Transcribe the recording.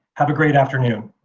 have a great afternoon.